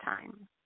time